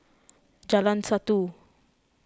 Jalan Satu